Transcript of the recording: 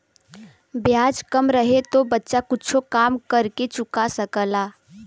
ब्याज कम रहे तो बच्चा कुच्छो काम कर के चुका सकला